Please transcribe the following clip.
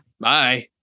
Bye